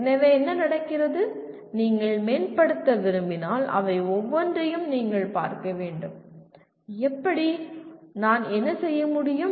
எனவே என்ன நடக்கிறது நீங்கள் மேம்படுத்த விரும்பினால் அவை ஒவ்வொன்றையும் நீங்கள் பார்க்க வேண்டும் எப்படி நான் என்ன செய்ய முடியும்